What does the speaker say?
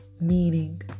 Meaning